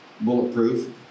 bulletproof